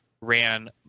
ran –